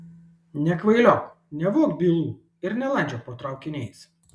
nekvailiok nevok bylų ir nelandžiok po traukiniais